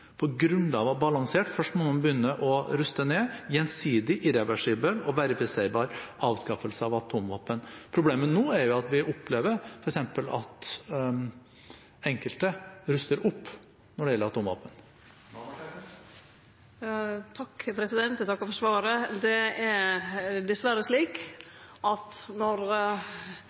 på grunnlag av balansert – først må man begynne å ruste ned – gjensidig, irreversibel og verifiserbar avskaffelse av atomvåpen. Problemet nå er at vi opplever at enkelte ruster opp når det gjelder atomvåpen. Eg takkar for svaret. Det er dessverre slik at når